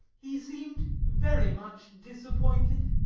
he seemed very much disappointed.